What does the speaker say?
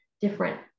different